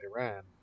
Iran